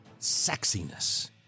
sexiness